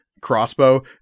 crossbow